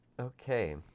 Okay